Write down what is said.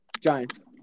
Giants